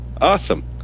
Awesome